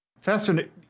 fascinating